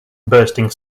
bursting